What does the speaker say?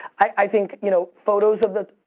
i think you know photos of the,